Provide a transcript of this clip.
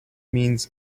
means